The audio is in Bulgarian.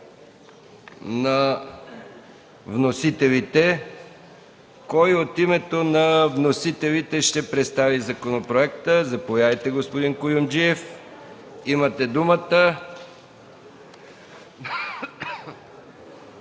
на вносителите. Кой от името на вносителите ще представи законопроекта? Заповядайте, господин Куюмджиев. Имате думата.